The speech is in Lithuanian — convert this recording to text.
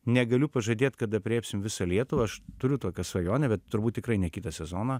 negaliu pažadėt kad aprėpsim visą lietuvą aš turiu tokią svajonę bet turbūt tikrai ne kitą sezoną